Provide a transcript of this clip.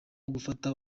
gufata